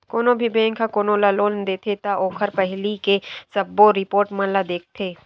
कोनो भी बेंक ह कोनो ल लोन देथे त ओखर पहिली के सबो रिपोट मन ल देखथे